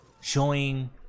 showing